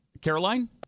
Caroline